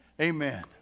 Amen